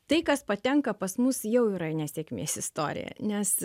tai kas patenka pas mus jau yra nesėkmės istorija nes